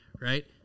right